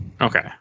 Okay